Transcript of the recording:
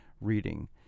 Reading